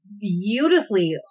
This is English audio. beautifully